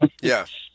Yes